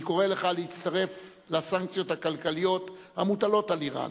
אני קורא לך להצטרף לסנקציות הכלכליות המוטלות על אירן,